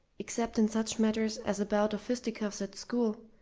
except in such matters as a bout of fisticuffs at school,